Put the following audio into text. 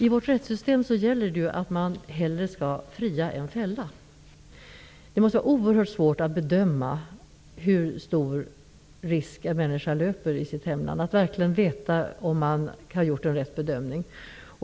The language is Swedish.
I vårt rättssystem gäller det att man hellre skall fria än fälla. Det måste vara oerhört svårt att bedöma hur stor risk en människa löper i sitt hemland och att veta om man har gjort en riktig bedömning.